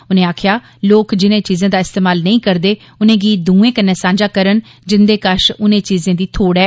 उनें आक्खेआ लोक जिनें चीजें दा इस्तेमाल नेईं करदे उनेंगी दूए कन्नै सांझा करन जिंदे कश नें चीजें दी थोड़ ऐ